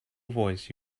voice